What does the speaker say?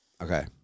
Okay